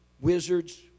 wizards